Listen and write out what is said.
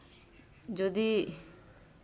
ᱡᱩᱫᱤ